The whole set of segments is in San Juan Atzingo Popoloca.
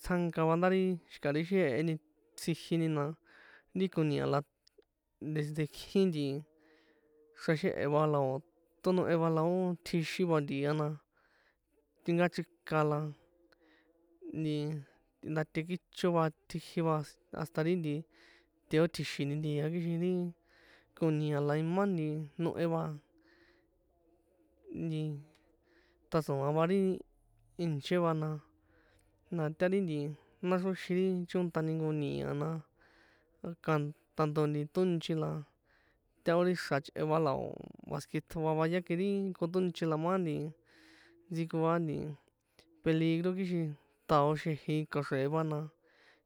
Tsjánka va, ndarí xi̱ka ri ixi jeheni tsjiji ni na ri koni̱a̱ la desde kjin nti xraxehe̱ va la o̱ tonohe va, la ó tjixin va nti̱a na, tinkachrika la nti tꞌindate kicho va tjiji va, hasta ri nti ti ó tji̱xi̱ni nti̱a kixin ri koni̱a̱ la imá nti nohe va, nti tatsoan va ri ìnche va na, na ta ri náxroxin ri chótani jnko ni̱a̱ na, tanto tónchi la, taho ri xra̱ chꞌe va la o̱ más que tjoa va, ya ke ri tónchi la ma nti ntsikoa nti peligro kixin tao xĕjin kaxre̱e va, na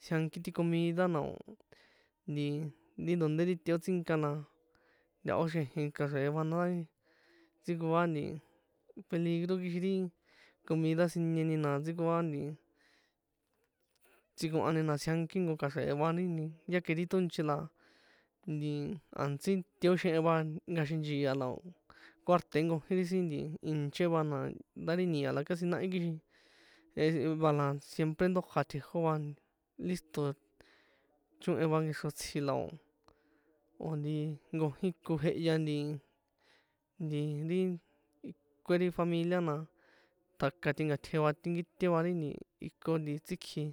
tsjianki ti comida na o̱ nti ri donde ti teotsinka na ntahó xĕjin kaxre̱e va, ndá ntsikoa peligro kixin ri comida siñeni na ntsikoa tsikohani na tsjianki kaxre̱e va, ri nti ya que ri tónchi la nti a̱ntsí teoxehen va nkaxehen nchia la o̱ cuartoe nkojín ri sin nti ìnche va, na nda ri ni̱a̱ la casi nahí kixin jehe va la siempre ndója tjejó va, listo chóhen va nkexro tsji la o̱, o̱ nti nkojín ko jehya nti nti ri ikue ri familia na tjaka tikatjen va tꞌinkite va ri iko tsikji.